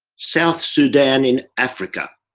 south sudan in africa.